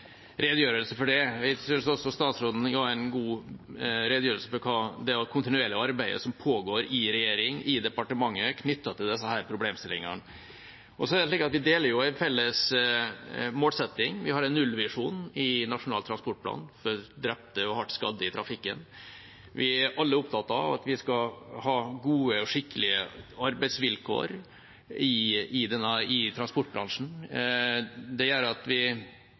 redegjørelse for det. Jeg syns også statsråden ga en god redegjørelse for det kontinuerlige arbeidet som pågår i regjering, i departementet, knyttet til disse problemstillingene. Vi deler en felles målsetting. Vi har en nullvisjon for drepte og hardt skadde i trafikken i Nasjonal transportplan. Vi er alle opptatt av at vi skal ha gode og skikkelige arbeidsvilkår i transportbransjen. Det gjør at vi